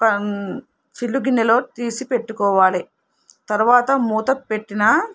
ప చిల్లు గిన్నెలో తీసి పెట్టుకోవాలి తర్వాత మూత పెట్టిన